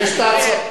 יש תצ"א.